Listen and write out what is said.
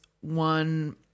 one